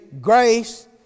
grace